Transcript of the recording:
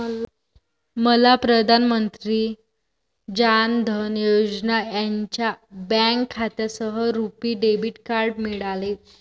मला प्रधान मंत्री जान धन योजना यांच्या बँक खात्यासह रुपी डेबिट कार्ड मिळाले